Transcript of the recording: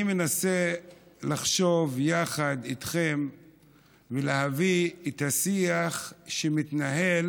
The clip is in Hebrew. אני מנסה לחשוב יחד איתכם ולהביא את השיח שמתנהל